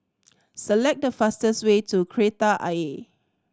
select the fastest way to Kreta Ayer